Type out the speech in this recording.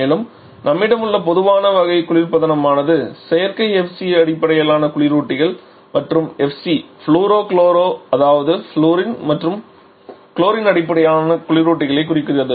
மேலும் நம்மிடம் உள்ள பொதுவான வகை குளிர்பதனமானது செயற்கை FC அடிப்படையிலான குளிரூட்டிகள் மற்றும் FC ஃப்ளோரோ குளோரோ அதாவது ஃவுளூரின் மற்றும் குளோரின் அடிப்படையிலான குளிரூட்டிகளை குறிக்கிறது